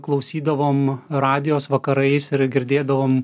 klausydavom radijos vakarais ir girdėdavom